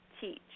teach